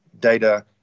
data